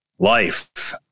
Life